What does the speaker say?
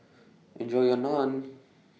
Enjoy your Naan